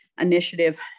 initiative